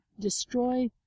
destroy